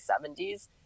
70s